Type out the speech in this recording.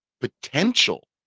potential